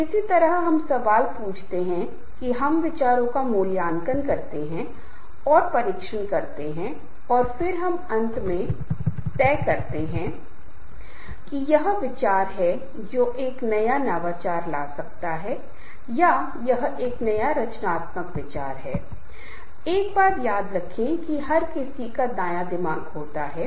हमारे जीवन में यह काफी महत्वपूर्ण है अनौपचारिक बैठकों अनौपचारिक समूह चर्चा चीजों को देखने का अनौपचारिक तरीका भी समझना बहुत महत्वपूर्ण है क्योंकि ये चीजें वास्तव में समूह गतिशीलता अनौपचारिक बैठकों अनौपचारिक चर्चा आत्म प्रकटीकरण में मायने रखती हैं